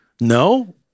No